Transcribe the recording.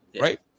right